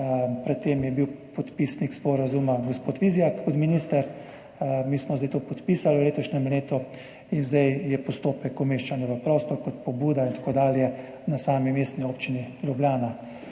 pred tem je bil podpisnik sporazuma gospod Vizjak kot minister, mi smo to podpisali v letošnjem letu in zdaj je postopek umeščanja v prostor kot pobuda in tako dalje na sami Mestni občini Ljubljana.